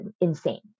insane